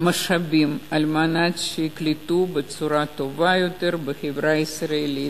משאבים על מנת שהם ייקלטו בצורה טובה יותר בחברה הישראלית.